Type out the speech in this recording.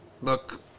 Look